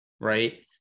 right